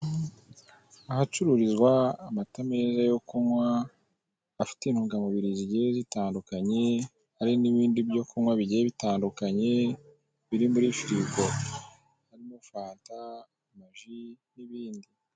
Ahacururizwa amata meza yo kunywa, afite intungamubiri zigiye zitandukanye, hari n'ibindi byo kunywa bigiye bitandukanye, biri muri firig, harimo fanta, amaji, n'ibindi.